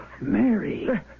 Mary